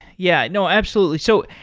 yeah. no, absolutely. so,